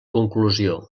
conclusió